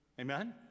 Amen